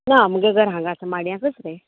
ना म्हगे घर हांगाच माड्यांकच रे